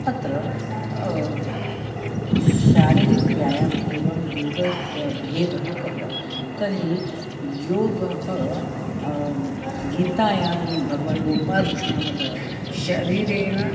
अत्र शारीरिकव्यायाम् एवं योगस्य भेदः कः तर्हि योगः गीतायां भगवान् गोपालकृष्णः वदति शरीरेण